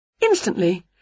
Instantly